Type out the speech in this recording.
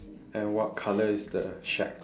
and what colour is the shack